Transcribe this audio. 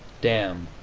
damn!